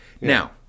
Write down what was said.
Now